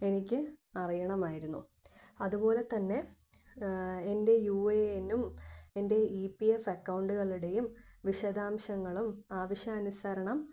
എനിക്ക് അറിയണമായിരുന്നു അതുപോലെ തന്നെ എന്റെ യു ഐ എന്നും എന്റെ ഇ പി എഫെക്കൗണ്ടുകളുടേയും വിശദാംശങ്ങളും ആവശ്യാനുസരണം